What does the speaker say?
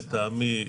לטעמי,